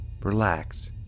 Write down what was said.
Relax